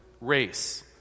race